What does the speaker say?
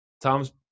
Tom's